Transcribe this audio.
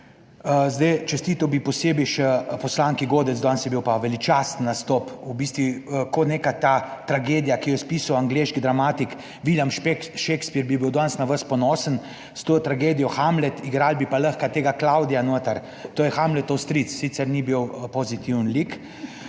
čestital bi posebej še poslanki Godec, danes je bil pa veličasten nastop, v bistvu kot neka ta tragedija, ki jo je spisal angleški dramatik William Shakespeare, bi bil danes na vas ponosen, s to tragedijo Hamlet, igrali bi pa lahko tega Klavdija noter, to je Hamletov stric, sicer ni bil pozitiven lik,